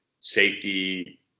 safety